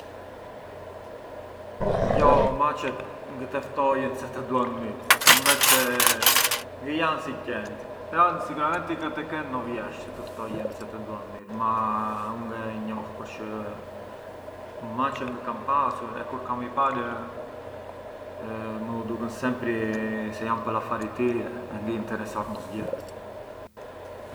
Jo maçet ngë te fotjen se të duan mirë, kam bes se ngë janë si qent, pran sicuramenti ka te kenë një vjersh të të ftojën se të duan mirë, però u ngë e di përç ngë kam i pasur e kur kam i par më duket sempri se janë pë l’affari i tire e ngë i nteressar mosgjë.